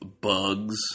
bugs